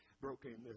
brokenness